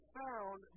found